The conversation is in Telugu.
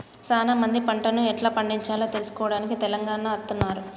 సానా మంది పంటను ఎట్లా పండిచాలో తెలుసుకోవడానికి తెలంగాణ అత్తన్నారు